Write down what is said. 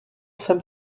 jsem